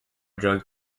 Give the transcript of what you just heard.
drugs